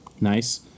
Nice